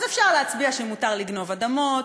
אז אפשר להצביע שמותר לגנוב אדמות,